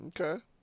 Okay